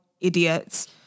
idiots